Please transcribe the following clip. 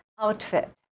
outfit